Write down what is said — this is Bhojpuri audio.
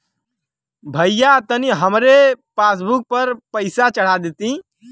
भईया तनि हमरे पासबुक पर पैसा चढ़ा देती